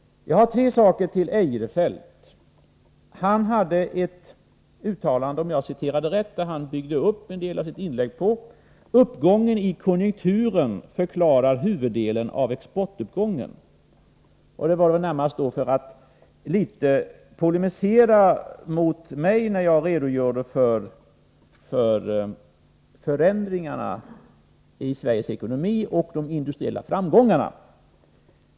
Jag har tre saker att säga till Eirefelt. Han byggde en del av sitt inlägg på ett uttalande som — om jag citerar rätt — löd: ”Uppgången i konjunkturen förklarar huvuddelen av exportuppgången.” Det sade han väl närmast för att litet polemisera mot mig när jag redogjorde för förändringarna i Sveriges ekonomi och de industriella framgångarna.